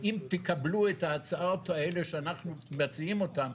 אם תקבלו את ההצעות האלה שאנחנו מציעים אותם,